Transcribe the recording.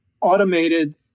automated